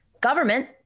Government